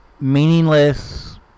meaningless